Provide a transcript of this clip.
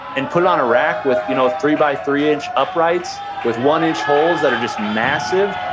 and put it on a rack with you know three by three inch uprights with one inch holes that are just massive,